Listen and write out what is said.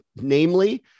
namely